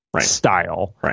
style